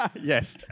Yes